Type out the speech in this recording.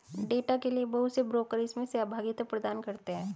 data के लिये बहुत से ब्रोकर इसमें सहभागिता प्रदान करते हैं